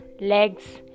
legs